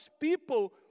people